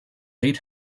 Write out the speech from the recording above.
eight